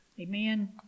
Amen